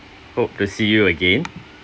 hope to see you again